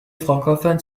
francophone